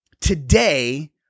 Today